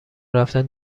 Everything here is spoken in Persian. رفتن